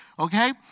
Okay